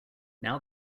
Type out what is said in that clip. now